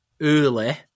early –